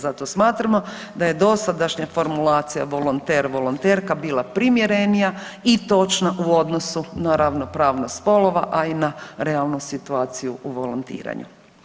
Zato smatramo da je dosadašnja formulacija volonter, volonterka bila primjerenija i točna u odnosu na ravnopravnost spolova, a i na realnu situaciju u volontiranju.